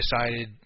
decided